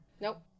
Nope